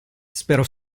spero